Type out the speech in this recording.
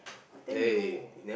then you